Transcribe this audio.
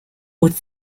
would